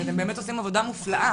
כי אתם באמת עושים עבודה מופלאה,